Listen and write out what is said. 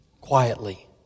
quietly